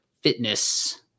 fitness